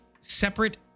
separate